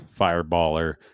fireballer